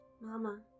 Mama